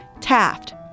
Taft